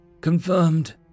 Confirmed